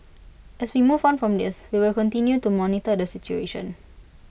as we move on from this we will continue to monitor the situation